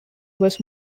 was